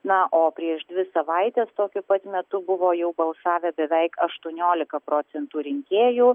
na o prieš dvi savaites tokiu pat metu buvo jau balsavę beveik aštuoniolika procentų rinkėjų